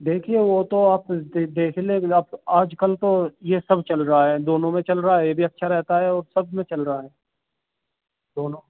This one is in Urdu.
دیکھیے وہ تو آپ دیکھ لیں آپ آج کل تو یہ سب چل رہا ہے دونوں میں چل رہا ہے یہ بھی اچھا رہتا ہے اور سب میں چل رہا ہے دونوں